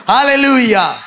Hallelujah